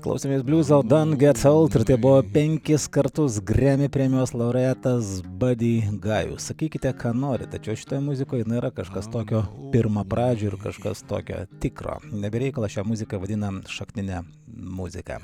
klausėmės bliuzo dan get old ir tai buvo penkis kartus gremi premijos laureatas badi gajus sakykite ką norit tačiau šitoj muzikoj na yra kažkas tokio pirmapradžio ir kažkas tokio tikro ne be reikalo šią muziką vadinam šaknine muzika